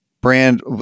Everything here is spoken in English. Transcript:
brand